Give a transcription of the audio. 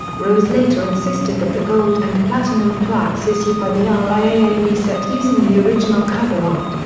rose later insisted that the gold and platinum plaques issued by the ah riaa be set using the original cover art,